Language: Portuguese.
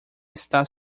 está